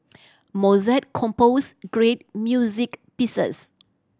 Mozart composed great music pieces